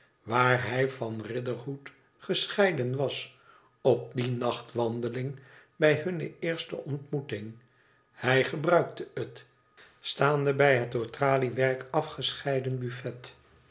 waar hij van riderhood gescheiden was op die nachtwandeling hij hunne eerste ontmoeting hij gebruikte het staande bij het door traliewerk afgescheiden bufifet